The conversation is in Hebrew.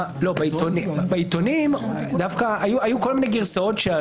עלו כל מיני גרסאות,